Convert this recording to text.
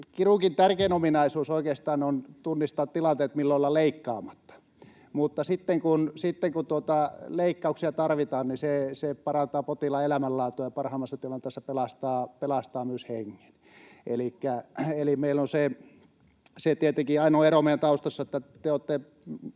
Kirurgin tärkein ominaisuus oikeastaan on tunnistaa tilanteet, milloin olla leikkaamatta, mutta sitten, kun leikkausta tarvitaan, se parantaa potilaan elämänlaatua ja parhaimmassa tilanteessa pelastaa myös hengen. Eli se ainoa ero meidän taustoissa on, että te olette